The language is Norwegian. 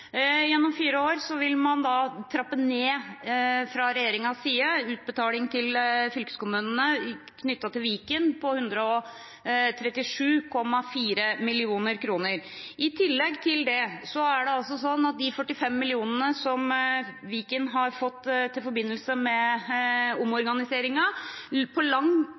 gjennom fire år – fylkeskommunene må ha fireårsbudsjetter – vil man fra regjeringens side trappe ned utbetalingene til fylkeskommunene som skal slås sammen til Viken fylkeskommune, med 137,4 mill. kr. I tillegg er de 45 mill. kr som Viken har fått i forbindelse med omorganiseringen, på